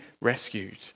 rescued